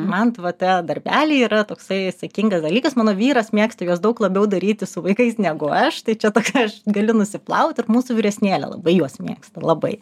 man va tie darbeliai yra toksai saikingas dalykas mano vyras mėgsta juos daug labiau daryti su vaikais negu aš tai čia toks aš galiu nusiplaut ir mūsų vyresnėlė labai juos mėgsta labai